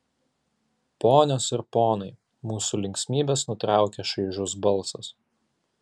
ponios ir ponai mūsų linksmybes nutraukia šaižus balsas